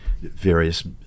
various